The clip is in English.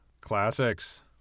Classics